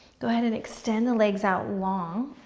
go ahead and extend the legs out long,